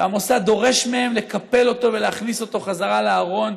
והמוסד דורש מהם לקפל אותו ולהכניס אותו בחזרה לארון,